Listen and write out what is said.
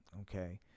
Okay